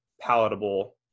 palatable